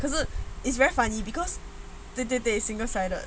可是 it's very funny because 对对对对 single sided